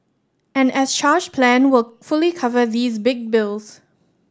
and as charged plan will fully cover these big bills